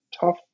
tough